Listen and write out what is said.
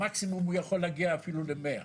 המקסימום הוא יכול להגיע אפילו ל-100.